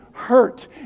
Hurt